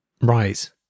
Right